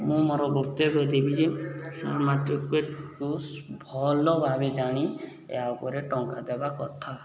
ମୁଁ ମୋର ଯେ ସେୟାର ମାର୍କେଟକୁ ଭଲ ଭାବେ ଜାଣି ଏହା ଉପରେ ଟଙ୍କା ଦେବା କଥା